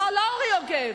לא, לא אורי יוגב.